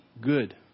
good